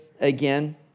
again